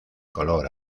color